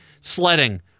sledding